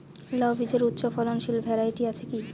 লাউ বীজের উচ্চ ফলনশীল ভ্যারাইটি আছে কী?